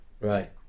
right